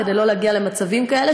כדי לא להגיע למצבים כאלה,